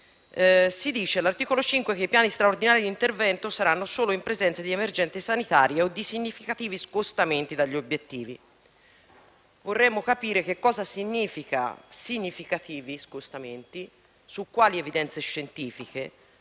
vaccini, all'articolo 5 si dice che i piani straordinari d'intervento saranno solo in presenza di emergenze sanitarie o di «significativi scostamenti dagli obiettivi». Vorremmo capire cosa si intende per «significativi scostamenti» e su quali evidenze scientifiche